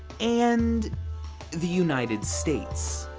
and the united states.